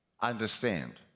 understand